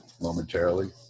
momentarily